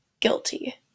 guilty